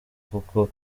kuko